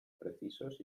precisos